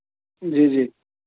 जी जी